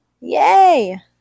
Yay